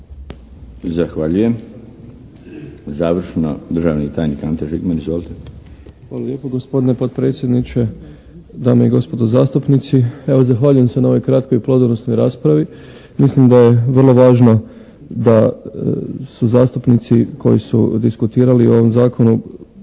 Zahvaljujem. Završno, državni tajnik Ante Žigman. Izvolite. **Žigman, Ante** Hvala lijepo gospodine potpredsjedniče. Dame i gospodo zastupnici. Evo zahvaljujem se na ovoj kratkoj i plodonosnoj raspravi. Mislim da je vrlo važno da su zastupnici koji su diskutirali o ovom zakonu